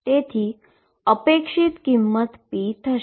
જેની expectation value p થશે